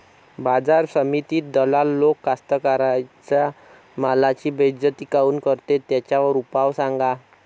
बाजार समितीत दलाल लोक कास्ताकाराच्या मालाची बेइज्जती काऊन करते? त्याच्यावर उपाव सांगा